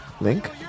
Link